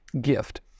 gift